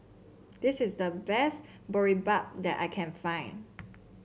this is the best Boribap that I can find